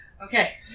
Okay